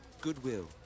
Goodwill